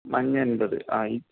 മഞ്ഞ എൺമ്പത് ആ ഈ